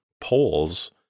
poles